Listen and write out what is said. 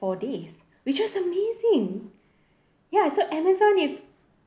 four days which was amazing ya so Amazon is